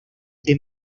the